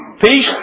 peace